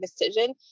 decision